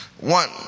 One